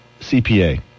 CPA